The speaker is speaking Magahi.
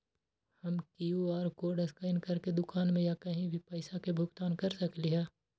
हम कियु.आर कोड स्कैन करके दुकान में या कहीं भी पैसा के भुगतान कर सकली ह?